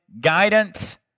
guidance